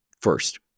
first